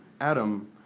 Adam